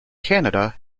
canada